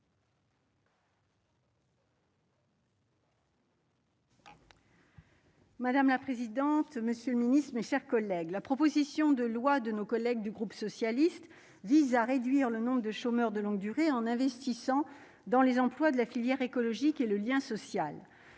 Madame la présidente, monsieur le Ministre, mes chers collègues, la proposition de loi de nos collègues du groupe socialiste vise à réduire le nombre de chômeurs de longue durée en investissant dans les emplois de la filière écologique et le lien social